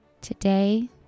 Today